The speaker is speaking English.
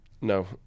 no